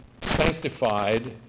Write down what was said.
sanctified